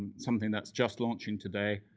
and something that's just launching today,